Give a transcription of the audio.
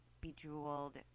bejeweled